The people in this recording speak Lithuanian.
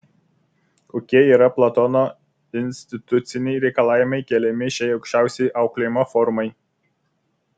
kokie yra platono instituciniai reikalavimai keliami šiai aukščiausiai auklėjimo formai